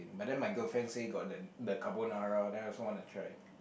but then my girlfriend say got the carbonara then I also want to try